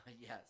Yes